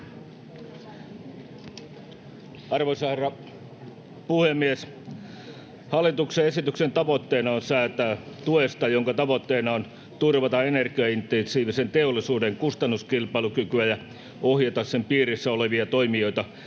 Arvoisa herra puhemies! Hallituksen esityksen tavoitteena on säätää tuesta, jonka tavoitteena on turvata energiaintensiivisen teollisuuden kustannuskilpailukykyä ja ohjata sen piirissä olevia toimijoita